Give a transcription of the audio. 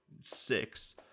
six